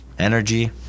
energy